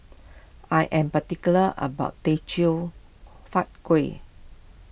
I am particular about Teochew Huat Kueh